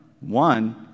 One